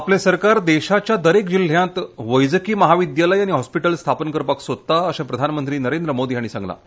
आपले सरकार देशाच्या दरेक जिल्ह्यांत एक वैद्यकीय महाविद्यालय आनी हॉस्पिटल स्थापन करपाक सोदता अशें प्रधानमंत्री नरेंद्र मोदी हांणी सांगलां